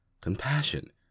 compassion